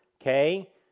Okay